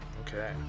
Okay